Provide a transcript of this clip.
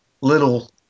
little